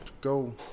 go